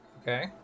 Okay